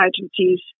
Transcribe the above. agencies